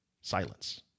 Silence